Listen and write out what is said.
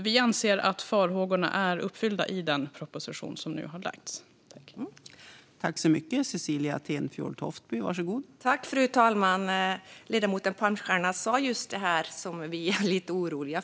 Vi anser att farhågorna är undanröjda i den proposition som nu har lagts fram.